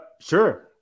Sure